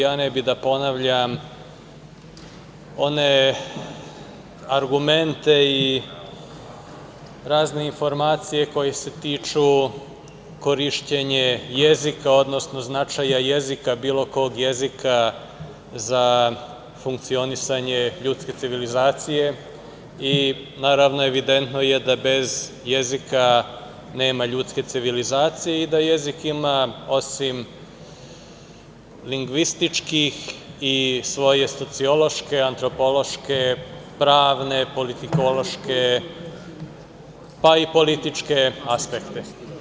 Ja ne bih da ponavljam one argumente i razne informacije koje se tiču korišćenja jezika, odnosno značaja jezika, bilo kog jezika za funkcionisanje ljudske civilizacije i, naravno, evidentno je bez jezika nema ljudske civilizacije i da jezik ima, osim lingvističkih, i svoje sociološke, antropološke, pravne, politikološke, pa i političke aspekte.